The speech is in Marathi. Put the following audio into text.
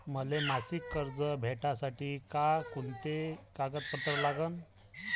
मले मासिक कर्ज भेटासाठी का कुंते कागदपत्र लागन?